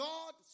God